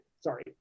sorry